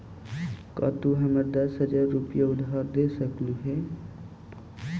का तू हमारा दस हज़ार रूपए उधार दे सकलू हे?